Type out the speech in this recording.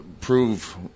prove